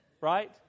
Right